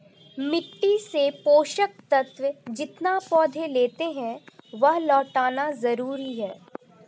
मिट्टी से पोषक तत्व जितना पौधे लेते है, वह लौटाना जरूरी है